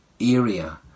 area